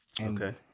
Okay